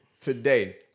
today